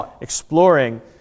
exploring